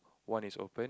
one is open